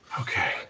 okay